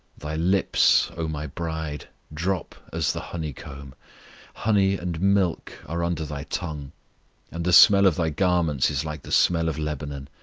thy lips, o my bride, drop as the honeycomb honey and milk are under thy tongue and the smell of thy garments is like the smell of lebanon.